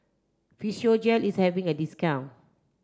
Physiogel is having a discount